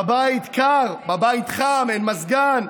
בבית קר, בבית חם, אין מזגן,